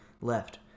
left